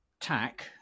tack